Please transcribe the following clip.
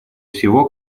всего